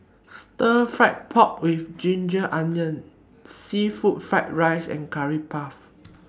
Stir Fried Pork with Ginger Onions Seafood Fried Rice and Curry Puff